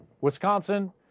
Wisconsin